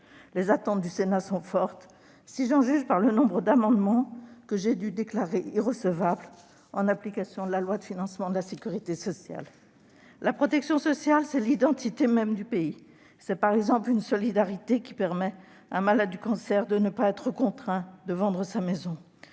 Les attentes du Sénat sont fortes en la matière, si j'en juge par le nombre d'amendements que j'ai dû déclarer irrecevables au regard de la LOLF. La protection sociale, c'est l'identité même du pays, c'est par exemple une solidarité qui permet à un malade du cancer de ne pas être contraint de vendre sa maison.